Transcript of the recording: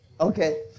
Okay